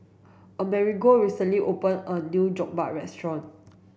Amerigo recently opened a new Jokbal restaurant